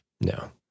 no